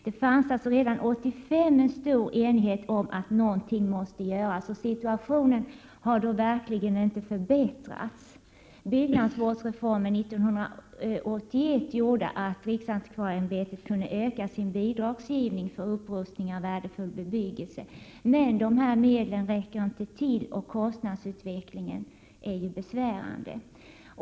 Det fanns alltså redan 1985 en stor enighet om att någonting måste göras, och situationen har verkligen inte förbättrats sedan dess. Byggnadsvårdsreformen 1981 gjorde att riksantikvarieämbetet kunde öka sin bidragsgivning för upprustning av värdefull bebyggelse, men medlen räcker inte till och kostnadsutvecklingen är besvärande.